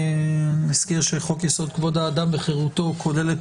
אני מזכיר שחוק יסוד: כבוד האדם וחירותו כולל את